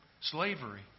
slavery